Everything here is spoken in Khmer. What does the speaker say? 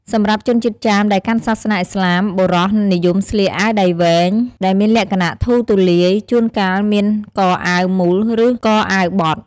សម្រាប់ជនជាតិចាមដែលកាន់សាសនាឥស្លាមបុរស និយមស្លៀក អាវដៃវែង ដែលមានលក្ខណៈធូរទូលាយ ជួនកាលមានកអាវមូល ឬកអាវបត់។